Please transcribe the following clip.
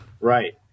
Right